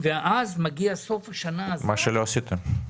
אז מגיע סוף השנה --- מה שלא עשיתם.